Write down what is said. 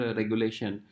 regulation